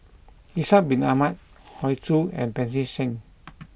Ishak bin Ahmad Hoey Choo and Pancy Seng